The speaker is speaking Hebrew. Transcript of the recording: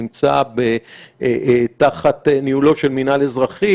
נמצא תחת ניהולו של המינהל האזרחי,